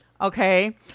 okay